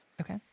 Okay